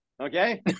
Okay